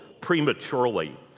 prematurely